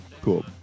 Cool